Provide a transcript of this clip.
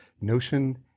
Notion